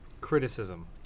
criticism